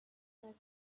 that